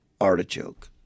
artichoke